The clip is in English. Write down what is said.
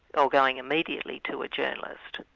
or going immediately to a journalist.